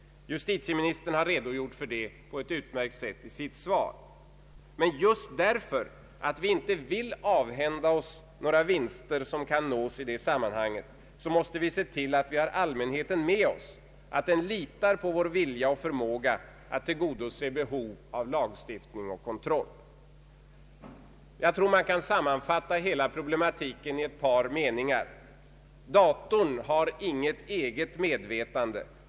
Justitieministern har på ett utmärkt sätt redogjort för detta i sitt svar. Men just för att vi inte vill avhända oss de vinster som kan nås i detta sammanhang, måste vi se till att vi har allmänheten med oss, att den litar på vår vilja och förmåga att tillgodose behov av lagstiftning och kontroll. Låt mig sammanfatta hela problematiken i ett par meningar. Datorn har inget eget medvetande.